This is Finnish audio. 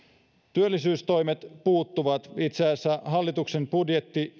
työllisyystoimet puuttuvat ja itse asiassa hallituksen budjetti